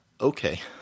okay